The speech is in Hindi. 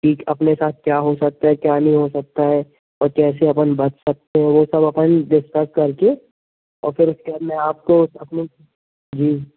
ठीक अपने साथ क्या हो सकता है क्या नहीं हो सकता है और कैसे अपन बच सकते हैं वह सब अपन डिस्कस करके और फिर उसके बाद मैं आपको अपनी जी